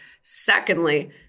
Secondly